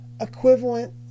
equivalent